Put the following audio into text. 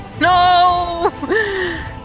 No